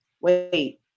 Wait